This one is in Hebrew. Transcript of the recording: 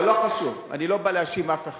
אבל לא חשוב, אני לא בא להאשים אף אחד.